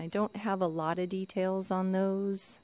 i don't have a lot of details on those